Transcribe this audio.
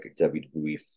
WWE